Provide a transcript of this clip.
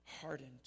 hardened